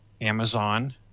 Amazon